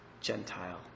Gentile